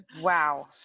wow